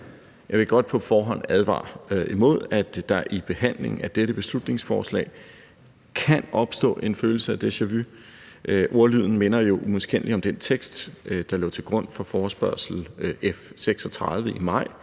Jeg vil godt på forhånd advare om, at der i behandlingen af dette beslutningsforslag kan opstå en følelse af deja vu, for ordlyden minder jo umiskendeligt om den tekst, der lå til grund for forespørgsel nr. F 36 i maj